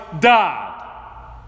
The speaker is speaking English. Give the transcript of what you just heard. died